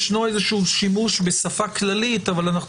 יש איזשהו שימוש בשפה כללית אבל אנחנו